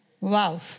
Wow